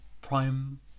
prime